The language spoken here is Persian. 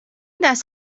دست